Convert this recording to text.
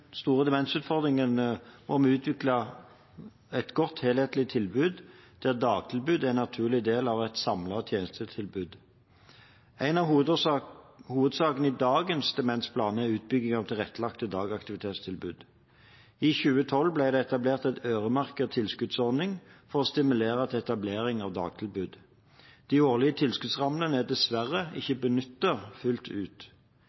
utvikle et godt, helhetlig tilbud, der dagtilbud er en naturlig del av et samlet tjenestetilbud. En av hovedsakene i dagens demensplan er utbygging av tilrettelagte dagaktivitetstilbud. I 2012 ble det etablert en øremerket tilskuddsordning for å stimulere til etablering av dagtilbud. De årlige tilskuddsrammene er dessverre ikke benyttet fullt ut.